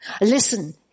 Listen